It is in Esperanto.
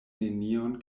nenion